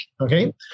Okay